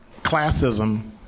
classism